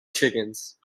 chickens